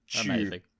Amazing